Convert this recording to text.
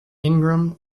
ingram